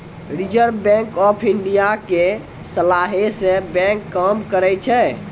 reserve Bank of India के सलाहे से बैंक काम करै छै